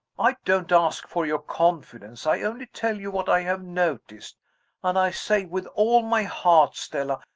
i don't ask for your confidence i only tell you what i have noticed and i say with all my heart, stella,